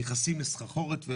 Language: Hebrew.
נכנסים לסחרחורת.